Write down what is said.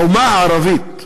האומה הערבית,